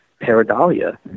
Paradalia